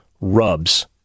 RUBS